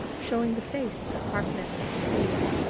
showing the face that hearkeneth to the plea.